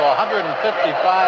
155